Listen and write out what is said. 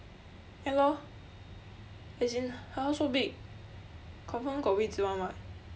ya lor as in her house so big confirm got 位置 [one] [what]